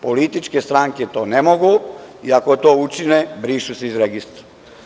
Političke stranke to ne mogu i ako to učine brišu se iz registra.